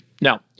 Now